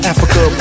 Africa